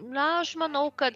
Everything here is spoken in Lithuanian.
na aš manau kad